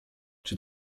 czy